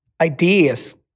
ideas